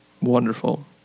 wonderful